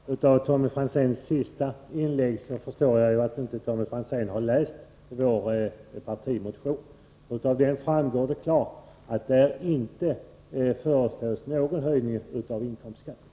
Fru talman! Av Tommy Franzéns senaste inlägg förstår jag att Tommy Franzén inte har läst vår partimotion. Av den framgår det klart att vi inte föreslår någon höjning av inkomstskatten.